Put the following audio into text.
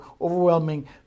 overwhelming